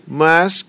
mas